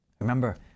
Remember